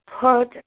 Put